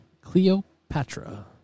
Cleopatra